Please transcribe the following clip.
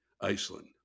Iceland